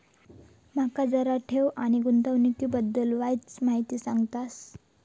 माका जरा ठेव आणि गुंतवणूकी बद्दल वायचं माहिती सांगशात?